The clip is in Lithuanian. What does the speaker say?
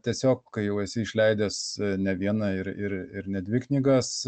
tiesiog kai jau esi išleidęs ne vieną ir ir ir ne dvi knygas